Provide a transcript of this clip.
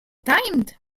timed